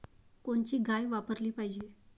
कोनची गाय वापराली पाहिजे?